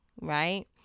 right